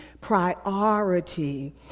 priority